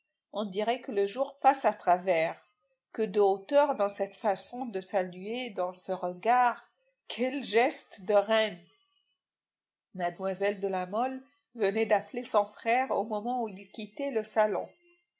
on dirait que le jour passe à travers que de hauteur dans cette façon de saluer dans ce regard quels gestes de reine mlle de la mole venait d'appeler son frère au moment où il quittait le salon